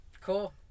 cool